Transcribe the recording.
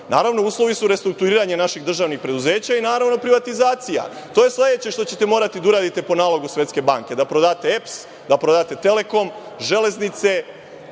Naravno, uslovi su restrukturiranje naših državnih preduzeća i, naravno, privatizacija. To je sledeće što ćete morati da uradite po nalogu Svetske banke, da prodate EPS, da prodate Telekom, Železnice,